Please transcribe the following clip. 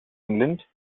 england